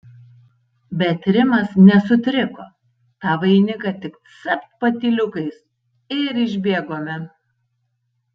bet rimas nesutriko tą vainiką tik capt patyliukais ir išbėgome